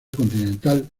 continental